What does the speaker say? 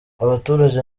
abaturage